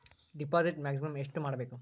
Deposit maximum ಎಷ್ಟು ಮಾಡಬೇಕು?